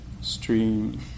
stream